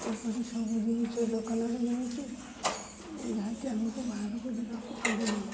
ଏପରି ସବୁ ଜିନିଷ ଦୋକାନରେ ମିଳୁଛି ଯାହାକି ଆମକୁ ବାହାରକୁ ଯିବାକୁ ପଡ଼ୁନାହିଁ